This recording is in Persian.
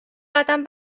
قدم